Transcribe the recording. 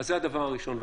אז זה הדבר הראשון.